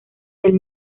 del